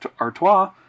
Artois